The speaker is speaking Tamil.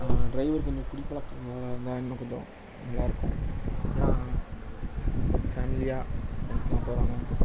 ட்ரைவர் கொஞ்சம் குடி பழக்கம் இல்லாமல் இருந்தால் கொஞ்சம் நல்லா இருக்கும் ஏன்னா பேமிலியாக போகிறோம்